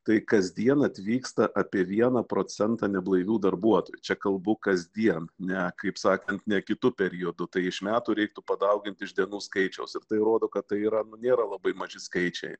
tai kasdien atvyksta apie vieną procentą neblaivių darbuotojų čia kalbu kasdien ne kaip sakant ne kitu periodu tai iš metų reiktų padaugint iš dienų skaičiaus ir tai rodo kad tai yra nu nėra labai maži skaičiai